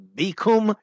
bikum